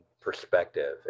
perspective